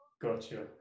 Gotcha